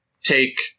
take